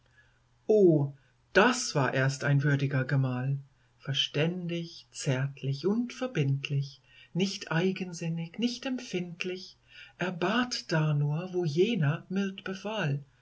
o das war erst ein würdiger gemahl verständig zärtlich und verbindlich nicht eigensinnig nicht empfindlich er bat da nur wo jener mild befahl